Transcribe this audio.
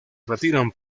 retiran